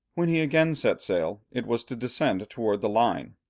when he again set sail, it was to descend towards the line,